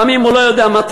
גם אם הוא לא יודע מתמטיקה.